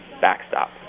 backstop